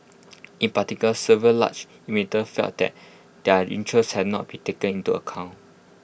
in particular several large emitters felt that their interests had not been taken into account